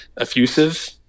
effusive